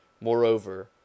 Moreover